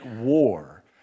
war